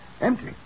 Empty